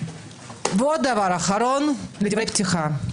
עוד דבר במסגרת דברי הפתיחה.